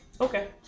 Okay